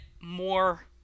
more